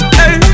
hey